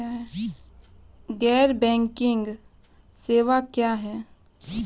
गैर बैंकिंग सेवा क्या हैं?